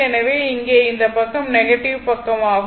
எனவே இங்கே இந்த பக்கம் நெகட்டிவ் பக்கமாகும்